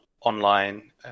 online